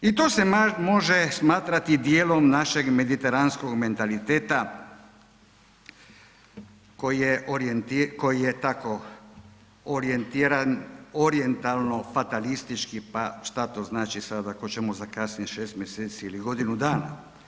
I to se može smatrati dijelom našeg mediteranskog mentaliteta koji je tako orijentiran orijentalno fatalistički pa šta to znači sada ako ćemo zakasnit 6 mjeseci ili godinu dana.